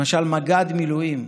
למשל, מג"ד במילואים.